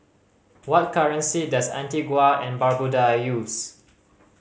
what currency does Antigua and Barbuda use